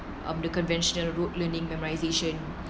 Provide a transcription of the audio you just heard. um the conventional rote learning memorisation